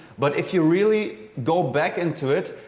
but if you really go back into it,